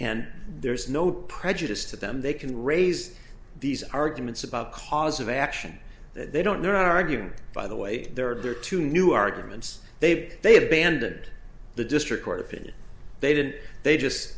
and there's no prejudice to them they can raise these arguments about cause of action that they don't their argument by the way there are two new arguments they've they abandoned the district court opinion they didn't they just